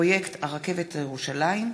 בפרויקט הרכבת לירושלים,